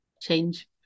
change